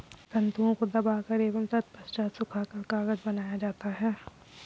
तन्तुओं को दबाकर एवं तत्पश्चात सुखाकर कागज बनाया जाता है